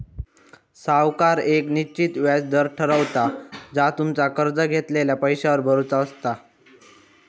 सावकार येक निश्चित व्याज दर ठरवता जा तुमका कर्ज घेतलेल्या पैशावर भरुचा असता